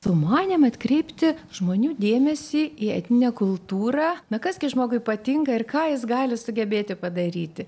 sumanėm atkreipti žmonių dėmesį į etninę kultūrą na kas gi žmogui patinka ir ką jis gali sugebėti padaryti